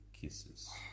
kisses